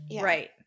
Right